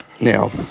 Now